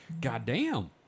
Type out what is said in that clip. goddamn